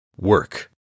Work